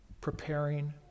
preparing